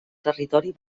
territori